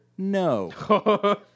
No